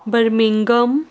Birmingham